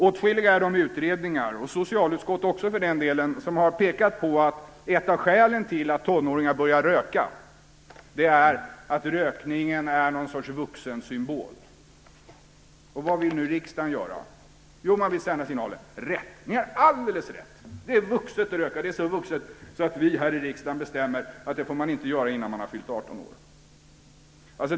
Åtskilliga är de utredningar, och socialutskott också för den delen, som har pekat på att ett av skälen till att tonåringar börjar röka är att rökningen är någon sorts vuxensymbol. Vad vill nu riksdagen göra? Jo, riksdagen vill sända signalen att de har alldeles rätt. Det är vuxet att röka. Det är så vuxet att vi här i riksdagen bestämmer att man inte får göra det innan man har fyllt 18 år.